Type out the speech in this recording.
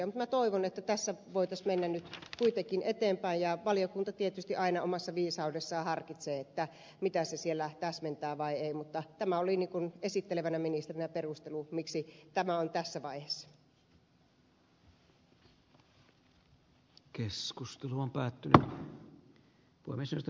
mutta minä toivon että tässä voitaisiin mennä nyt kuitenkin eteenpäin ja valiokunta tietysti aina omassa viisaudessaan harkitsee mitä se siellä täsmentää vai ei mutta tämä oli esittelevänä ministerinä perustelu miksi tämä on tässä vaiheessa